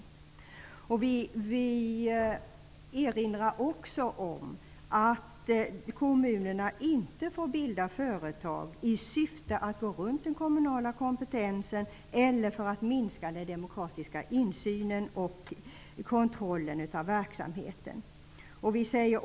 Utskottet erinrar också om att kommunerna inte får bilda företag i syfte att gå runt den kommunala kompetensen eller för att minska den demokratiska insynen i och kontrollen av verksamheten.